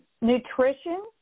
nutrition